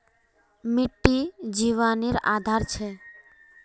मिटटी जिवानेर आधार छे